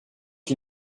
qui